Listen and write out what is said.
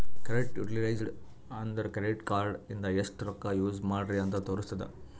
credit utilised ಅಂದುರ್ credit card ಇಂದ ಎಸ್ಟ್ ರೊಕ್ಕಾ ಯೂಸ್ ಮಾಡ್ರಿ ಅಂತ್ ತೋರುಸ್ತುದ್